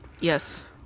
Yes